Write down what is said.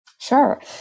Sure